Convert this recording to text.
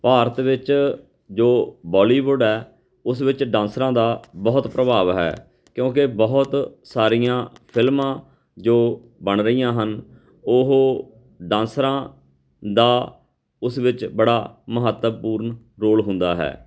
ਭਾਰਤ ਵਿੱਚ ਜੋ ਬਾਲੀਵੁੱਡ ਹੈ ਉਸ ਵਿੱਚ ਡਾਂਸਰਾਂ ਦਾ ਬਹੁਤ ਪ੍ਰਭਾਵ ਹੈ ਕਿਉਂਕਿ ਬਹੁਤ ਸਾਰੀਆਂ ਫਿਲਮਾਂ ਜੋ ਬਣ ਰਹੀਆਂ ਹਨ ਉਹ ਡਾਂਸਰਾਂ ਦਾ ਉਸ ਵਿੱਚ ਬੜਾ ਮਹੱਤਵਪੂਰਨ ਰੋਲ ਹੁੰਦਾ ਹੈ